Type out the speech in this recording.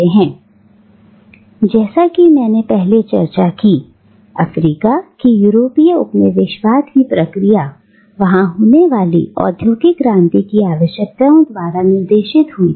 अब जैसा कि मैंने पहले चर्चा की अफ्रीका की यूरोपीय उपनिवेशवाद की प्रक्रिया वहां होने वाली औद्योगिक क्रांति की आवश्यकताओं द्वारा निर्देशित हुई थी